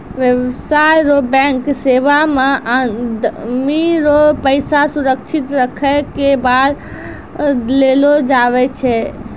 व्यवसाय रो बैंक सेवा मे आदमी रो पैसा सुरक्षित रखै कै भार लेलो जावै छै